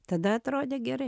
tada atrodė gerai